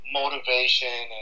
motivation